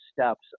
steps